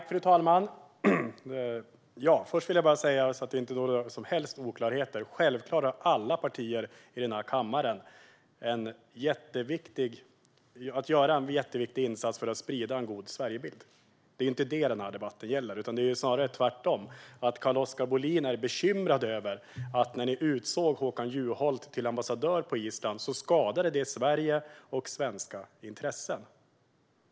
Fru talman! För att det inte ska råda några som helst oklarheter vill jag först säga att alla partier i denna kammare självklart har att göra en jätteviktig insats för att sprida en god Sverigebild. Det är inte detta som den här debatten gäller, utan det är snarare tvärtom: Carl-Oskar Bohlin är bekymrad över att det skadade Sverige och svenska intressen när ni utsåg Håkan Juholt till ambassadör på Island.